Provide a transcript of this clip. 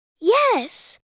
Yes